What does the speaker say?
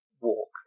walk